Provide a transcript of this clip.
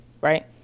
right